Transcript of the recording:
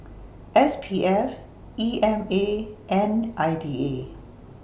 S P F E M A and I D A